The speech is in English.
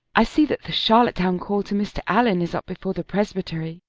i see that the charlottetown call to mr. allan is up before the presbytery,